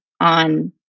on